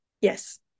yes